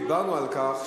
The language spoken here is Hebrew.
דיברנו על כך,